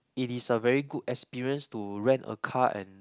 it is a very good experience to rent a car and